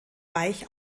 weich